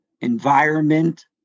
Environment